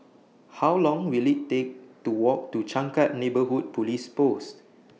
How Long Will IT Take to Walk to Changkat Neighbourhood Police Post